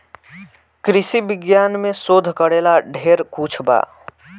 कृषि विज्ञान में शोध करेला ढेर कुछ बा